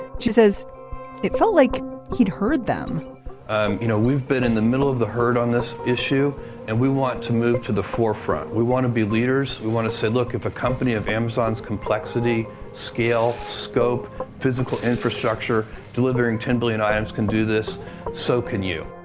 she says it felt like he'd heard them and you know we've been in the middle of the herd on this issue and we want to move to the forefront. we want to be leaders. we want to say look if a company of amazon's complexity scale scope physical infrastructure delivering ten billion items can do this so can you.